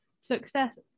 success